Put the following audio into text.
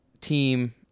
team